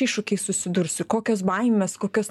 iššūkiais susidursiu kokios baimės kokios